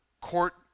court